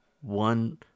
One